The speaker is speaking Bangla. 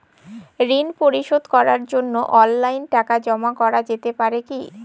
ঋন পরিশোধ করার জন্য অনলাইন টাকা জমা করা যেতে পারে কি?